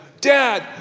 Dad